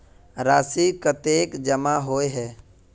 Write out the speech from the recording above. राशि कतेक जमा होय है?